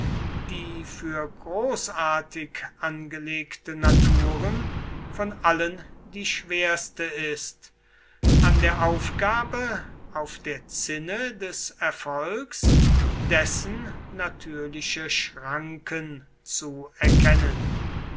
die für großartig angelegte naturen von allen die schwerste ist an der aufgabe auf der zinne des erfolgs dessen natürliche schranken zu erkennen